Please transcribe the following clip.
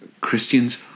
Christian's